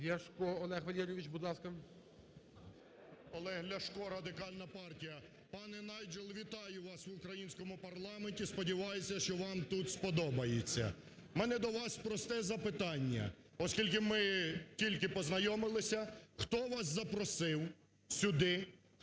Олег Ляшко, Радикальна партія. Пане Найджел, вітаю вас в українському парламенті, сподіваюся, що вам тут сподобається. В мене до вас просте запитання, оскільки ми тільки познайомилися, хто вас запросив сюди?